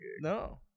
No